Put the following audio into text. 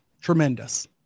Tremendous